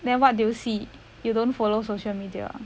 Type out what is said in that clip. then what do you see you don't follow social media ah